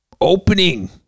Opening